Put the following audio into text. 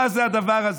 מה זה הדבר הזה?